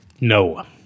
No